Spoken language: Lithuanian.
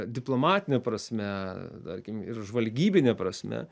diplomatine prasme tarkim ir žvalgybine prasme